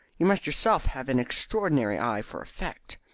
you must yourself have an extraordinary eye for effect.